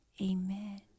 amen